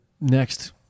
next